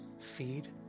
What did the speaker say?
feed